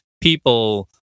people